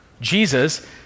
Jesus